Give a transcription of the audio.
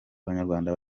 abanyarwanda